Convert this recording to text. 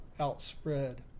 outspread